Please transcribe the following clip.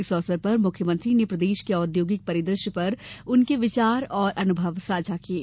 इस अवसर पर मुख्यमंत्री ने प्रदेश के औद्योगिक परिदृश्य पर उनके विचार व अनुभव साझा किये